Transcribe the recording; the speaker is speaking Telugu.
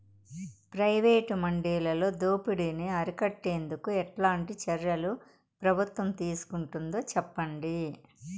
ప్రైవేటు మండీలలో దోపిడీ ని అరికట్టేందుకు ఎట్లాంటి చర్యలు ప్రభుత్వం తీసుకుంటుందో చెప్పండి?